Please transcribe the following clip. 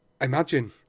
imagine